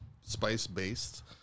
spice-based